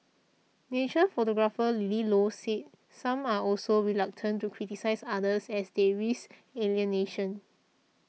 nature photographer Lily Low said some are also reluctant to criticise others as they risk alienation